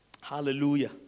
Hallelujah